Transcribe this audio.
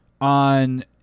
on